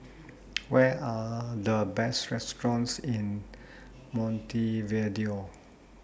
What Are The Best restaurants in Montevideo